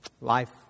life